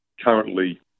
Currently